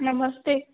नमस्ते